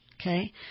Okay